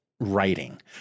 writing